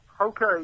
Okay